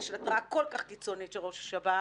של התראה כל כך קיצונית של ראש השב"כ,